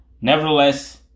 nevertheless